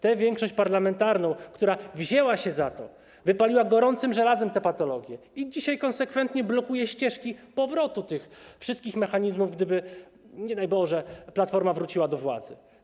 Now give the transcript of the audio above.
tę większość parlamentarną, która wzięła się za to, wypaliła gorącym żelazem te patologie i dzisiaj konsekwentnie blokuje ścieżki powrotu tych wszystkich mechanizmów, gdyby - nie daj Boże - Platforma wróciła do władzy.